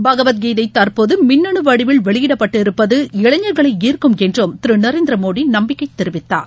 பகவத் கீதை தற்போது மிண்ணனு வடிவில் வெளியிடப்பட்டிருப்பது இளைஞர்களை ஈர்க்கும் என்றும் திரு நரேந்திர மோடி நம்பிக்கை தெரிவித்தார்